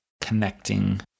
connecting